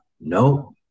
no